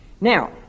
Now